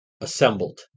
assembled